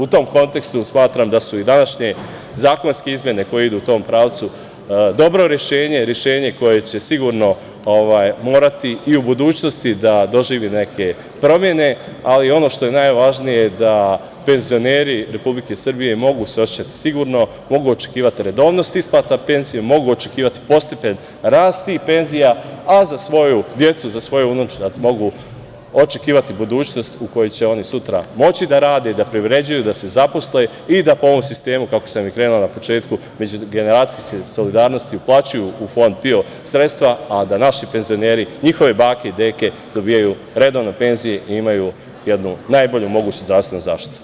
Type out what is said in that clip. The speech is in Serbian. U tom kontekstu smatram da su i današnje zakonske izmene koje idu u tom pravcu dobro rešenje, rešenje koje će sigurno morati i u budućnosti da doživi neke promene, ali ono što je najvažnije je da penzioneri Republike Srbije mogu se osećati sigurno, mogu očekivati redovnost isplata penzija, mogu očekivati postepen rast tih penzija, a za svoju decu i za svoju unučad mogu očekivati budućnost u kojoj će oni sutra moći da rade, da privređuju, da se zaposle i da po ovom sistemu, kako sam i krenuo na početku, međugeneracijske solidarnosti uplaćuju u Fond PIO sredstva, a da naši penzioneri, njihove bake i deke, dobijaju redovne penzije i imaju najbolju moguću zdravstvenu zaštitu.